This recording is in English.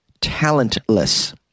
talentless